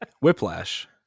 Whiplash